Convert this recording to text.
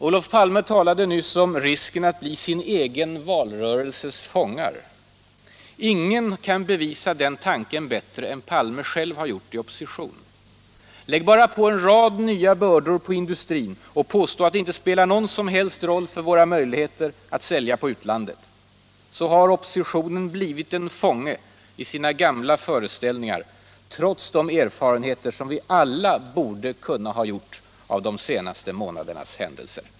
Olof Palme talade nyss om risken att bli sin egen valrörelses fångar. Ingen kan bevisa den tanken bättre än herr Palme själv har gjort i opposition. ”Lägg bara på en rad nya bördor på industrin och påstå att det inte spelar någon som helst roll för våra möjligheter att sälja på utlandet.” Så har oppositionen blivit en fånge i sina gamla föreställningar, trots de erfarenheter vi alla borde ha kunnat göra av de senaste månadernas händelser.